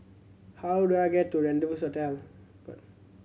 how do I get to Rendezvous Hotel